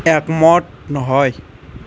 একমত নহয়